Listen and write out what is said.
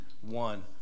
one